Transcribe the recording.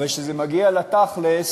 אבל כשזה מגיע לתכל'ס